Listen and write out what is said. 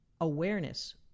awareness